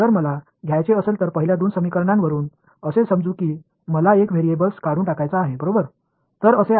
எனவே நான் இங்குள்ள முதல் இரண்டு சமன்பாடுகளிலிருந்து மாறிகள் ஒன்றை அகற்ற விரும்புகிறேன் என்று சொல்லலாம்